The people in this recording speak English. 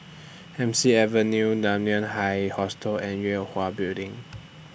Hemsley Avenue Dunman High Hostel and Yue Hwa Building